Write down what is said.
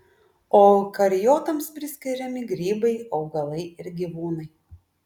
o eukariotams priskiriami grybai augalai ir gyvūnai